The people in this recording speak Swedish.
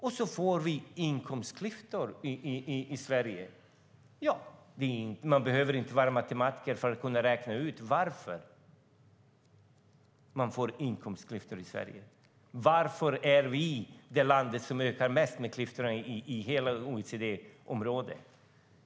Vi har fått inkomstklyftor i Sverige, och man behöver inte vara matematiker för att kunna räkna ut varför. Varför är vi det land där inkomstklyftorna ökar mest i hela OECD?